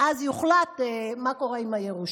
ואז יוחלט מה קורה עם הירושה.